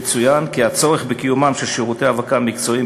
יצוין כי הצורך בקיומם של שירותי האבקה מקצועיים